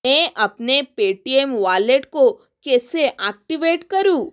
मैं अपने Paytm wallet को कैसे अक्टिवेट करूँ